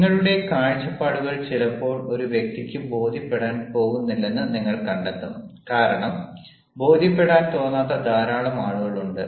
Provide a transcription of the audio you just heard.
നിങ്ങളുടെ കാഴ്ചപ്പാടുകൾ ചിലപ്പോൾ ഒരു വ്യക്തിക്ക് ബോധ്യപ്പെടാൻ പോകുന്നില്ലെന്ന് നിങ്ങൾ കണ്ടെത്തും കാരണം ബോധ്യപ്പെടാൻ തോന്നാത്ത ധാരാളം ആളുകൾ ഉണ്ട്